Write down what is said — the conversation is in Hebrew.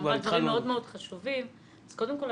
קודם כל,